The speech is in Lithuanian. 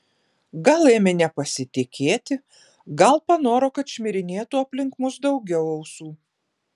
gal ėmė nepasitikėti gal panoro kad šmirinėtų aplink mus daugiau ausų